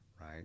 right